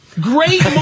Great